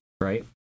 right